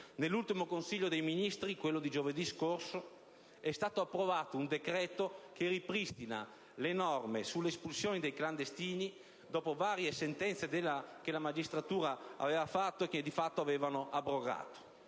Nell'ultimo Consiglio dei ministri, quello di giovedì scorso, è stato approvato un decreto che ripristina le norme sull'espulsione dei clandestini; quelle norme che varie sentenze della magistratura avevano, di fatto, abrogato.